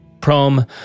Prom